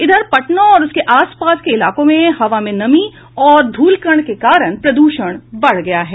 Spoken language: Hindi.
इधर पटना और उसके आस पास के इलाकों में हवा में नमी और धूलकण के कारण प्रदूषण बढ़ गया है